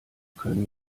können